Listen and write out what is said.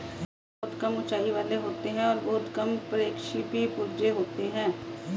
tractor बहुत कम ऊँचाई वाले होते हैं और बहुत कम प्रक्षेपी पुर्जे होते हैं